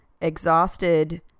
exhausted